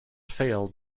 failed